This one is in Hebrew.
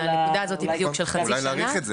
הנקודה הזאת בדיוק של חצי שנה -- אולי להאריך את זה.